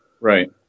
Right